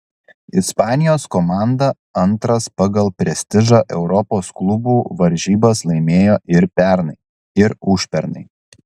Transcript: ispanijos komanda antras pagal prestižą europos klubų varžybas laimėjo ir pernai ir užpernai